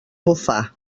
bufar